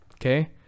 Okay